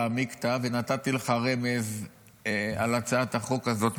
עמיקתא ונתתי לך רמז על הצעת החוק הזאת,